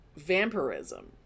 vampirism